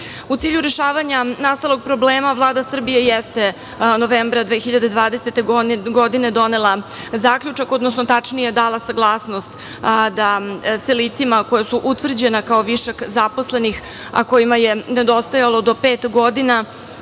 cilju rešavanja nastalog problema Vlada Srbije jeste novembra 2020. godine donela zaključak, odnosno tačnije, dala saglasnost da se licima koja su utvrđena kao višak zaposlenih, a kojima je nedostajalo do pet godina